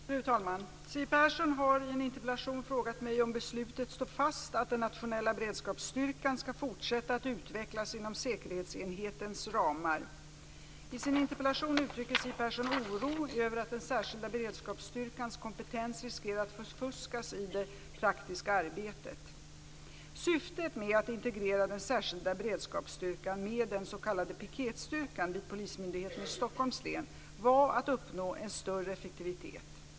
Fru talman! Siw Persson har i en interpellation frågat mig om beslutet står fast att den nationella beredskapsstyrkan skall fortsätta att utvecklas inom säkerhetsenhetens ramar. I sin interpellation uttrycker Siw Persson oro över att den särskilda beredskapsstyrkans kompetens riskerar att förfuskas i det praktiska arbetet. Syftet med att integrera den särskilda beredskapsstyrkan med den s.k. piketstyrkan vid Polismyndigheten i Stockholms län var att uppnå en större effektivitet.